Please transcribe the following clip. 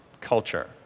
culture